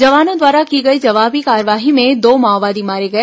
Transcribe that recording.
जवानों द्वारा की गई जवाबी कार्रवाई में दो माओवादी मारे गए